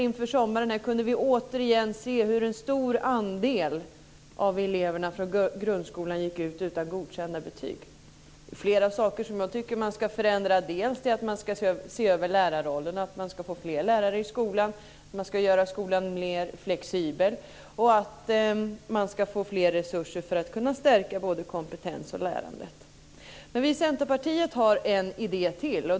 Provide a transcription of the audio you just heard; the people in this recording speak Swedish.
Inför sommaren kunde vi återigen se hur en stor andel av eleverna från grundskolan gick ut utan godkända betyg. Det är flera saker som jag tycker att man ska förändra. Man ska se över lärarrollen och se till att man får flera lärare i skolan. Man ska göra skolan mer flexibel. Skolan ska få mer resurser för att stärka både kompetens och lärandet. Vi i Centerpartiet har en idé till.